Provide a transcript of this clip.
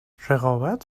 رقابت